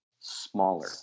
smaller